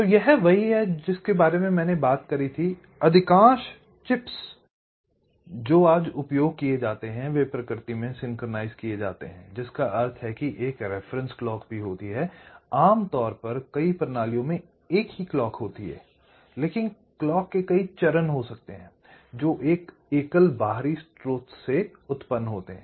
तो यह वही है जो मैंने बात की थी अधिकांश चिप्स जो आज उपयोग किए जाते हैं वे प्रकृति में सिंक्रनाइज़ किए जाते हैं जिसका अर्थ है कि एक रिफरेन्स क्लॉक है आमतौर पर कई प्रणालियों में एक ही क्लॉक होती है लेकिन कई क्लॉक चरण हो सकते हैं जो एक एकल बाहरी स्रोत से उत्पन्न होते हैं